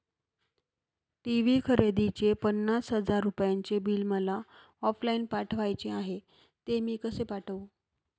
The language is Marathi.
टी.वी खरेदीचे पन्नास हजार रुपयांचे बिल मला ऑफलाईन पाठवायचे आहे, ते मी कसे पाठवू?